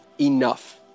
enough